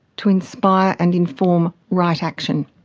to inspire and inform right action.